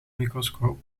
microscoop